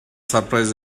surprised